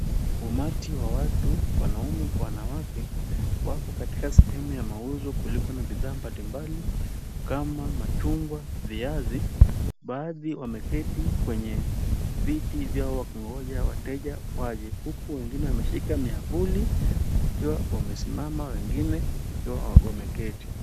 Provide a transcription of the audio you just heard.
Umati wa watu wanaume kwa wanawake wako katika sehemu ya mauzo kuliko na bidhaa mbalimbali kama machungwa, viazi. Baadhi wameketi kwenye viti vyao wakigonja wateja waje huku wengine wameshika miavuli wakiwa wamesimama wengine wakiwa wameketi.